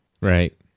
Right